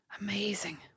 Amazing